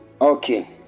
Okay